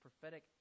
prophetic